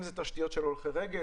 אם אלה תשתיות של הולכי רגל,